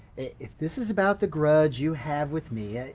if this is about the grudge you have with me. i